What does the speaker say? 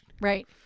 Right